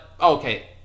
okay